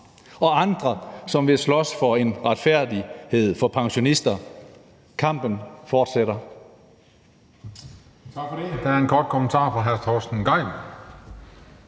og andre, som vil slås for retfærdighed for pensionister. Kampen fortsætter.